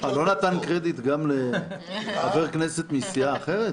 הוא לא נתן קרדיט גם לחבר כנסת מסיעה אחרת?